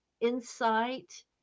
insight